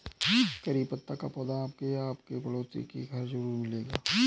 करी पत्ता का पौधा आपके या आपके पड़ोसी के घर ज़रूर मिलेगा